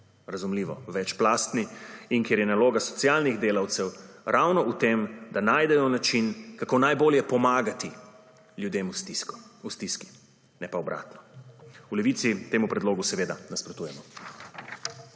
razumljivo, večplastni in kjer je naloga socialnih delavcev ravno v tem, da najdejo način kako najbolje pomagati ljudem v stiski, ne pa obratno. V Levici temu predlogu seveda nasprotujemo.